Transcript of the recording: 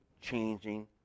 changing